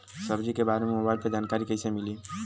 सब्जी के बारे मे मोबाइल पर जानकारी कईसे मिली?